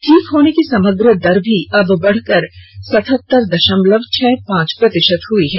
ठीक होने की समग्र दर भी अब बढ़कर सतहत्तर दशमलव छह पांच प्रतिशत हो गई है